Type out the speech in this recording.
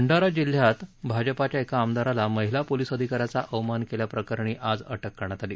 भंडारा जिल्ह्यात भाजपाच्या एका आमदाराला महिला पोलिस अधिकाऱ्याचा अवमान केल्याप्रकरणी आज अटक करण्यात आली